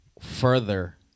further